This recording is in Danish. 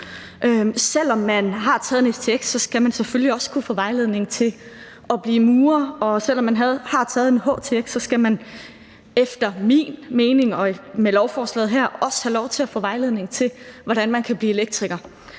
Selv om man har taget en stx, skal man selvfølgelig også kunne få vejledning til at blive murer, og selv om man har taget en htx, skal man efter min mening og ifølge lovforslaget her også have lov til at få vejledning til, hvordan man kan blive elektriker.